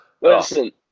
Listen